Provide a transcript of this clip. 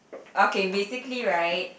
okay basically right